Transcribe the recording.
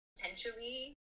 potentially